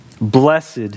Blessed